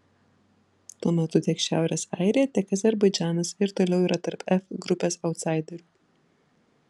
tuo metu tiek šiaurės airija tiek azerbaidžanas ir toliau yra tarp f grupės autsaiderių